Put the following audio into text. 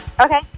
Okay